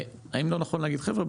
האם לא נכון להגיד חבר'ה,